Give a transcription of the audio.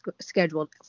scheduled